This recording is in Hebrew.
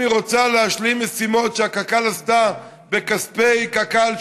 היא רוצה להשלים משימות שקק"ל עשתה בכספי קק"ל,